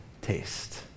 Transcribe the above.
taste